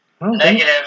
Negative